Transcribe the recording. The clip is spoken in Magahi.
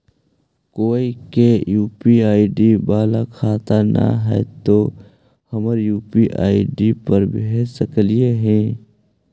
कोय के यु.पी.आई बाला खाता न है तो हम यु.पी.आई पर भेज सक ही?